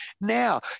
now